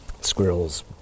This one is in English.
Squirrels